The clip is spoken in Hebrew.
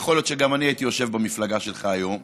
יכול להיות שגם אני הייתי יושב במפלגה שלך היום.